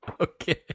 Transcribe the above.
Okay